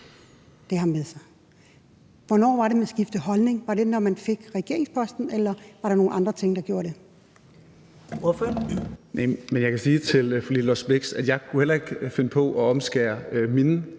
Hvornår var det, man skiftede holdning? Var det, da man fik regeringsposten, eller var det nogle andre ting, der gjorde det? Kl. 14:02 Første næstformand